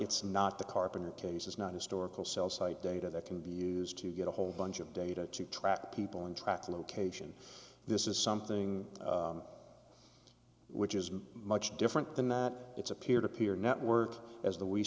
it's not the carpenter cases not historical cell site data that can be used to get a whole bunch of data to track people and track location this is something which isn't much different than it's a peer to peer network as the we